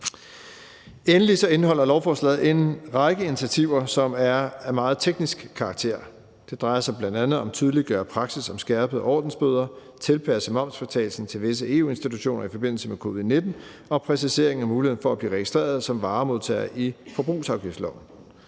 Endvidere indeholder lovforslaget en række initiativer, som er af meget teknisk karakter. Det drejer sig bl.a. om at tydeliggøre praksis om skærpede ordensbøder, tilpasse momsfritagelsen til visse EU-institutioner i forbindelse med covid-19 og præcisering af muligheden for at blive registreret som varemodtager i forbrugsafgiftsloven.